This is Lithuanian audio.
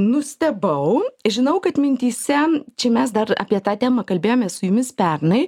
nustebau žinau kad mintyse čia mes dar apie tą temą kalbėjomės su jumis pernai